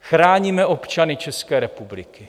Chráníme občany České republiky.